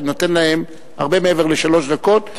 אני נותן להם הרבה מעבר לשלוש דקות,